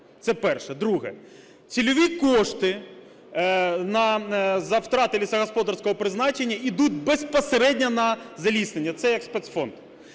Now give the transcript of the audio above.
Це перше. Друге. Цільові кошти за втрати лісогосподарського призначення ідуть безпосередньо на заліснення, це як спецфонд.